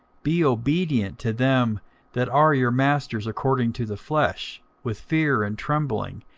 be obedient to them that are your masters according to the flesh, with fear and trembling,